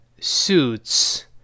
suits